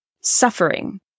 suffering